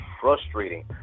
frustrating